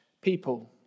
people